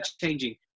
changing